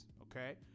Okay